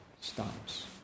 stops